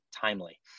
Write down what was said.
timely